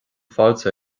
fáilte